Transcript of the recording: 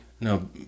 No